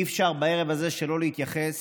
אי-אפשר בערב הזה שלא להתייחס